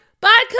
bye